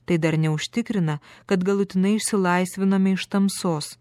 tai dar neužtikrina kad galutinai išsilaisviname iš tamsos